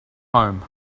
home